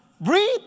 breathe